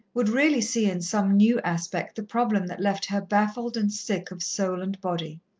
would really see in some new aspect the problem that left her baffled and sick of soul and body.